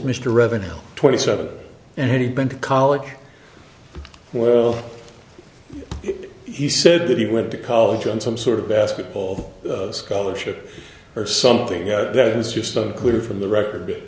mr revenue twenty seven and he been to college well he said that he went to college on some sort of basketball scholarship or something that is just a clue from the record